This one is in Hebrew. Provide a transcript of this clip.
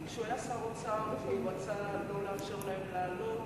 כשהוא היה שר האוצר הוא רצה לא לאפשר להם לעלות,